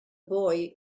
boy